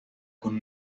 con